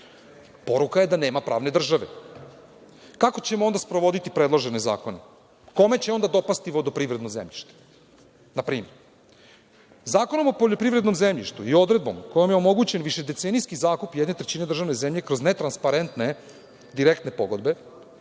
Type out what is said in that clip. Poruka je da nema pravne države. Kako ćemo onda sprovoditi predložene zakone? Kome će onda dopasti vodoprivredno zemljište, npr? Zakonom o poljoprivrednom zemljištu i odredbom kojom je omogućen višedecenijski zakup jedne trećine državne zemlje kroz netransparentne direktne pogodbe,